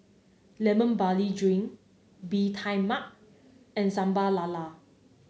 Lemon Barley Drink Bee Tai Mak and Sambal Lala